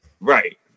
Right